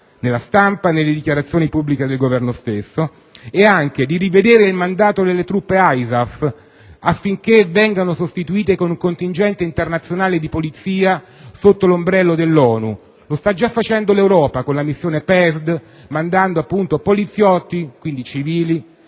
nella stampa e nelle dichiarazioni pubbliche del Governo stesso ed anche a rivedere il mandato delle truppe ISAF affinché vengano sostituite con un contingente internazionale di polizia sotto l'ombrello dell'ONU. Lo sta già facendo l'Europa con la missione PESD, inviando civili, cioè poliziotti, avvocati